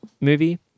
movie